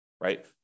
right